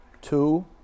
two